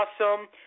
awesome